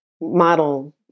model